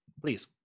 Please